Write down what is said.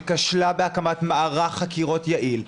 שכשלה בהקמת מערך חקירות יעיל,